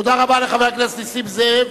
תודה רבה לחבר הכנסת נסים זאב.